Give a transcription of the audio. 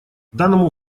данному